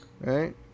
right